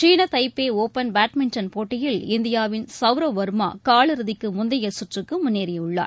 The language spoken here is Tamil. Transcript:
சீன தைபே ஒபன் பேட்மின்டன் போட்டியில் இந்தியாவின் சவ்ரவ் வர்மா காலிறதிக்கு முந்தைய சுற்றுக்கு முன்னேறியுள்ளார்